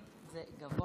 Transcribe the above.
היסטורי.